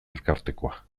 elkartekoa